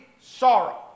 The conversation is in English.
sorrow